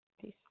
Peace